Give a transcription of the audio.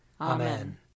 Amen